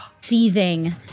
seething